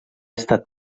estat